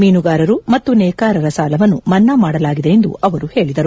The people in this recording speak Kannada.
ಮೀನುಗಾರರು ಮತ್ತು ನೇಕಾರರ ಸಾಲವನ್ನು ಮನ್ನಾ ಮಾಡಲಾಗಿದೆ ಎಂದು ಅವರು ಹೇಳಿದರು